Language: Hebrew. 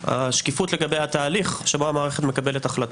לגבי התהליך שבו המערכת מקבלת החלטה.